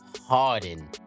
Harden